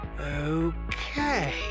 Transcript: Okay